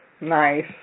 nice